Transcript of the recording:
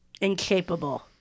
Incapable